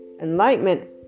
enlightenment